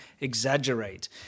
exaggerate